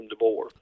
DeBoer